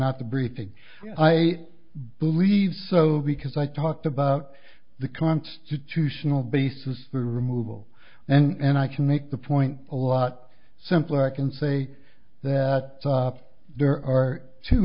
not the briefing i believe so because i talked about the constitutional basis for removal and i can make the point a lot simpler can say that there are two